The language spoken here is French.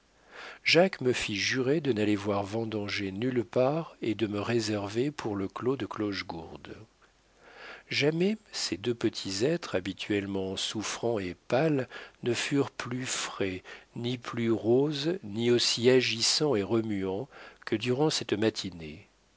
jacques me fit jurer de n'aller voir vendanger nulle part et de me réserver pour le clos de clochegourde jamais ces deux petits êtres habituellement souffrants et pâles ne furent plus frais ni plus roses ni aussi agissants et remuants que durant cette matinée